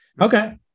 Okay